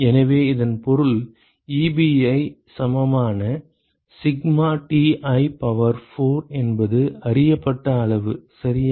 எனவே இதன் பொருள் Ebi சமமான சிக்மா Ti பவர் 4 என்பது அறியப்பட்ட அளவு சரியா